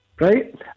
Right